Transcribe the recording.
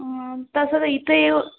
तसं तर इथे येऊ